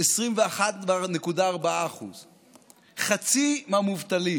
21.4%. חצי מהמובטלים